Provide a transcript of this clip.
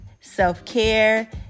self-care